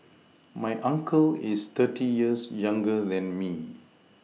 my uncle is thirty years younger than me